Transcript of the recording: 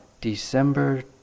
December